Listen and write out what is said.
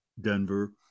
Denver